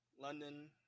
London